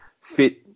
fit